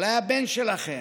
אולי הבן שלכם,